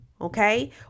Okay